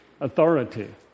authority